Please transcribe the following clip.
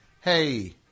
Hey